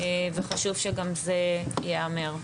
וחשוב שגם זה ייאמר.